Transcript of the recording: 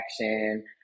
action